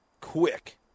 quick